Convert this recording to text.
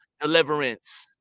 deliverance